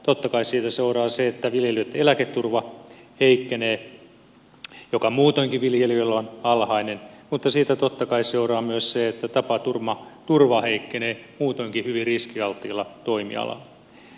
totta kai siitä seuraa se että viljelijöitten eläketurva heikkenee joka muutoinkin viljelijöillä on alhainen mutta siitä totta kai seuraa myös se että tapaturmaturva heikkenee muutoinkin hyvin riskialttiilla toimialalla